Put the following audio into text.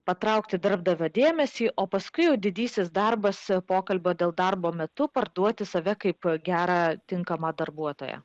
patraukti darbdavio dėmesį o paskui jau didysis darbas pokalbio dėl darbo metu parduoti save kaip gerą tinkamą darbuotoją